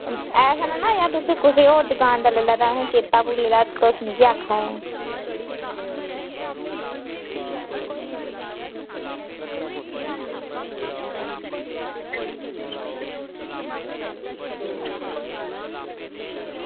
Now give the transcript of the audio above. ऐसा नना होई जा तुसें होर दुकान दा लेई लैता चेता भुल्ली दा ते तुस मिगी आक्खा नै